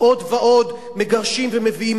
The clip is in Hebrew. עוד ועוד מגרשים ומביאים,